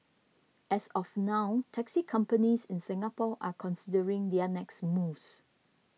as of now taxi companies in Singapore are considering their next moves